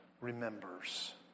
remembers